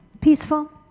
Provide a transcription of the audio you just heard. Peaceful